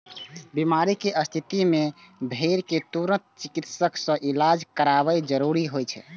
बीमारी के स्थिति मे भेड़ कें तुरंत चिकित्सक सं इलाज करायब जरूरी होइ छै